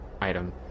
item